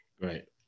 Right